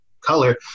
color